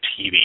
TV